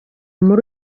muri